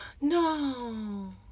No